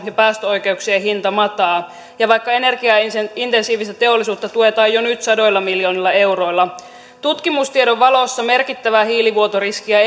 ja päästöoikeuksien hinta mataa ja vaikka energiaintensiivistä teollisuutta tuetaan jo nyt sadoilla miljoonilla euroilla tutkimustiedon valossa merkittävää hiilivuotoriskiä